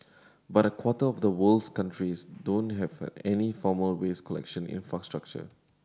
but a quarter of the world's countries don't have any formal waste collection infrastructure